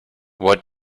what